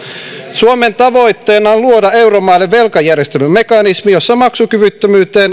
suomen tavoitteena on luoda euromaille velkajärjestelymekanismi jossa maksukyvyttömyyteen